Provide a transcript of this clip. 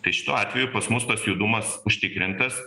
tai šituo atveju pas mus tas judumas užtikrintas